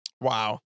Wow